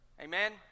Amen